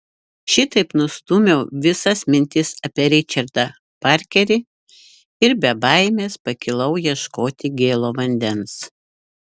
šitaip nustūmiau visas mintis apie ričardą parkerį ir be baimės pakilau ieškoti gėlo vandens